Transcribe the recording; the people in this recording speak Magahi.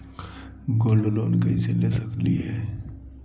गोल्ड लोन कैसे ले सकली हे?